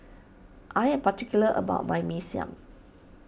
I am particular about my Mee Siam